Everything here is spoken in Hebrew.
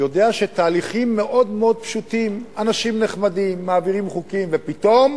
יודע שהתהליכים מאוד מאוד פשוטים: אנשים נחמדים מעבירים חוקים ופתאום